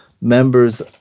members